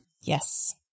Yes